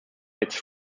its